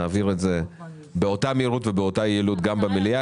נעביר את זה באותה מהירות ובאותה יעילות גם במליאה,